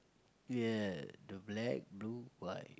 ya the black blue white